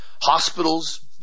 Hospitals